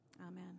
Amen